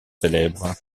célèbre